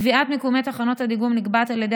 קביעת מיקומי תחנות הדיגום נקבעת על ידי